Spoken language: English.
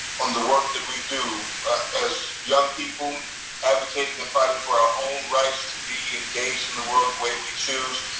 um the work that we do as young people advocating and fighting for our own rights to be engaged in the world way we choose.